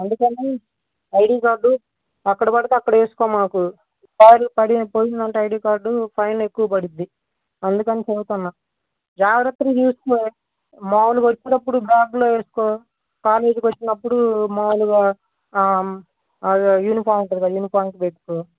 అందుకనే ID card ఎక్కడపడితే అక్కడ వేసుకో మాకు ఒకసారి పోయిందంటే ఐడి కార్డు ఫైన్ ఎక్కువ పడుద్ది అందుకని చెబుతున్నా జాగ్రత్తగా చూసుకో మామూలుగా వచ్చేటప్పుడు బ్యాగ్లో వేసుకో కాలేజ్కి వచ్చినప్పుడు మామూలుగా యూనిఫామ్ ఉంటుందిగా యూనిఫాంలో వేసుకో